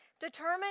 Determine